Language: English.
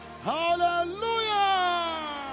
Hallelujah